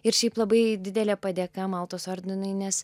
ir šiaip labai didelė padėka maltos ordinui nes